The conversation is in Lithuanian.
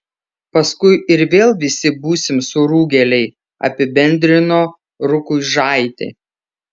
paskui ir vėl visi būsim surūgėliai apibendrino rukuižaitė